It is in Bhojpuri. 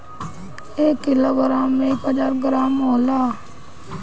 एक किलोग्राम में एक हजार ग्राम होला